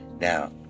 Now